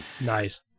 Nice